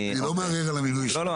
העניין.